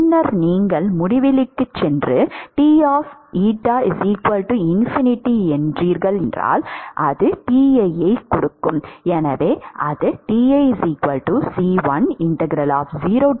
பின்னர் நீங்கள் முடிவிலிக்கு சென்று T∞ கொண்டிருக்கிறீர்கள் அது Ti